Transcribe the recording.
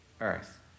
earth